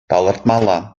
палӑртмалла